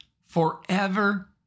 Forever